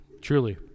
Truly